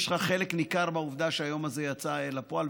יש לך חלק ניכר בעובדה שהיום הזה יצא אל הפועל,